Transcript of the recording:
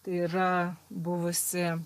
tai yra buvusi